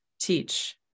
teach